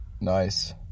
Nice